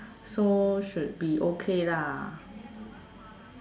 so should be okay lah